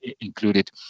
included